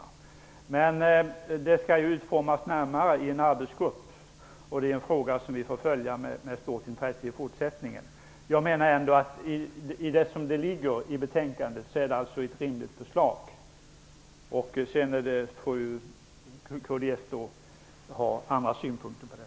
Men en arbetsgrupp skall utforma detta närmare, och det är en fråga som vi får följa med stort intresse i fortsättningen. Jag menar ändå att förslaget är rimligt som det föreligger i betänkandet. Kds får ha andra synpunkter på det.